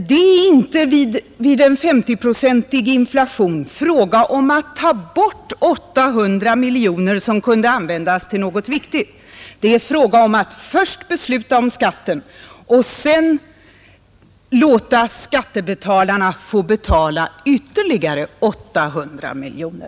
Det är inte vid en 4-procentig inflation fråga om att ta bort 800 miljoner, som kunde användas till något viktigt, utan det frågan gäller är om man först skall besluta om skatten och sedan utan stöd av beslut låta skattebetalarna få betala ytterligare 800 miljoner.